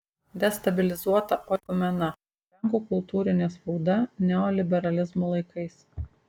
destabilizuota oikumena lenkų kultūrinė spauda neoliberalizmo laikais